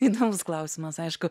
įdomus klausimas aišku